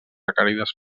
requerides